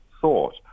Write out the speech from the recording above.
thought